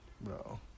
Bro